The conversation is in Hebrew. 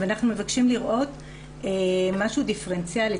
אנחנו מבקשים לראות משהו דיפרנציאלי.